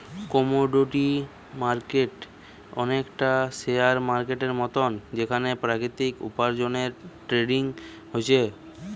commodity market অনেকটা share মার্কেটের মতন যেখানে প্রাকৃতিক উপার্জনের ট্রেডিং হচ্ছে